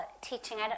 teaching